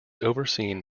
overseen